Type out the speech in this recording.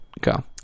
go